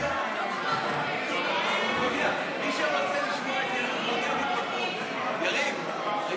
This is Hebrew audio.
הצעת הוועדה המסדרת לבחור את חבר הכנסת